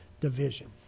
division